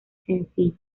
sencillo